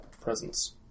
presence